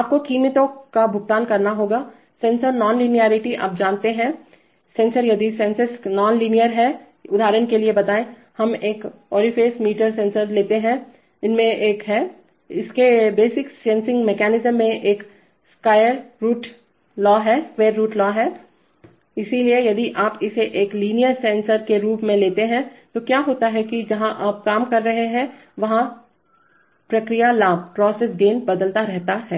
आपको कीमतों का भुगतान करना होगासेंसर नॉन लिनारिटीआप जानते हैंसेंसरयदि सेंसेस नॉन लिनार हैं उदाहरण के लिए बताएं हम एक ओरिफाईस मीटर सेंसर लेते हैं इसमें एक है इसके बेसिक सेंसिंग मेकनिज़्म में एक स्क्वायर रुट लॉ हैंइसलिए यदि आप इसे एक लीनियर सेंसर के रूप में लेते हैं तो क्या होता है कि जहाँ आप काम कर रहे हैं वहां प्रक्रिया लाभप्रोसेस गेन बदलता रहता है